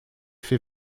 fait